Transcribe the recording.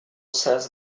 says